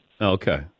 Okay